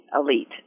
elite